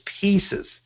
pieces